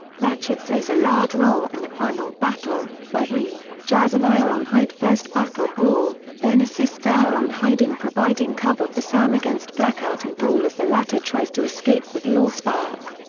ratchet plays a large role in the final battle, where he, jazz and ironhide first battle brawl, then assists ironhide in providing cover for sam against blackout and brawl as the latter tries to escape with the allspark.